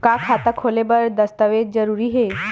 का खाता खोले बर दस्तावेज जरूरी हे?